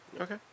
Okay